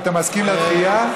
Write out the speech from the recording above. אתה מסכים לדחייה?